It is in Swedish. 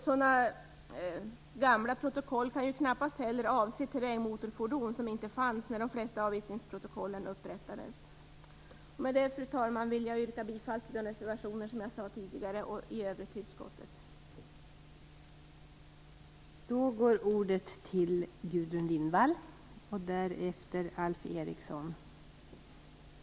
Sådana gamla protokoll kan ju knappast heller avse terrängmotorfordon, eftersom de inte fanns när de flesta avvittringsprotokollen upprättades. Med det, fru talman, vill jag yrka bifall till de reservationer som jag nämnde tidigare och i övrigt till hemställan i utskottets betänkande.